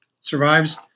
survives